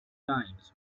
times